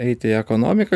eiti į ekonomiką